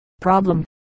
Problem